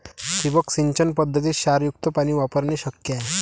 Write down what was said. ठिबक सिंचन पद्धतीत क्षारयुक्त पाणी वापरणे शक्य आहे